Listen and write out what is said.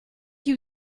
you